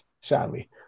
Sadly